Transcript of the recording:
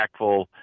impactful